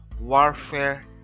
warfare